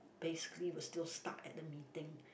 basically was still stuck at the meeting